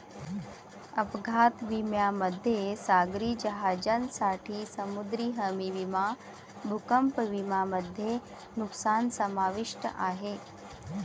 अपघात विम्यामध्ये सागरी जहाजांसाठी समुद्री हमी विमा भूकंप विमा मध्ये नुकसान समाविष्ट आहे